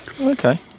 Okay